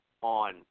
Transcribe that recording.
on